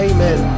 Amen